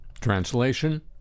Translation